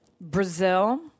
Brazil